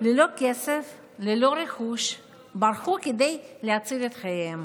ללא כסף, ללא רכוש, ברחו כדי להציל את חייהם.